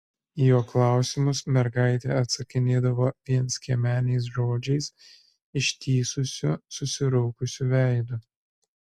į jo klausimus mergaitė atsakinėdavo vienskiemeniais žodžiais ištįsusiu susiraukusiu veidu